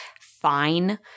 fine